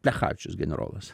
plechavičius generolas